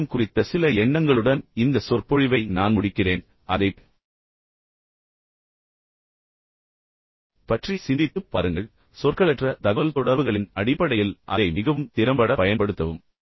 மௌனம் குறித்த சில எண்ணங்களுடன் இந்த சொற்பொழிவை நான் முடிக்கிறேன் அதைப் பற்றி சிந்தித்துப் பாருங்கள் பின்னர் சொற்களற்ற தகவல்தொடர்புகளின் அடிப்படையில் அதை மிகவும் திறம்பட பயன்படுத்தவும்